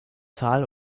tal